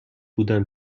بودم